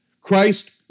Christ